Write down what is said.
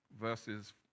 verses